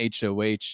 HOH